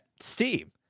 Steam